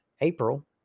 April